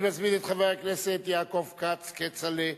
אני מזמין את חבר הכנסת יעקב כץ, כצל'ה,